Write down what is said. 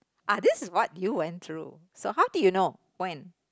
ah this is what you went through so how did you know when